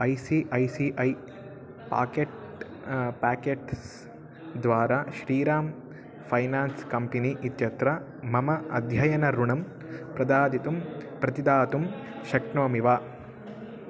I C I C I pocket pockets द्वारा Shriram finance company इत्यत्र मम अध्ययनऋणं प्रतिदातुं प्रतिदातुं शक्नोमि वा